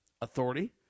authority